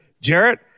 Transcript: Jarrett